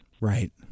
Right